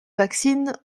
vaccine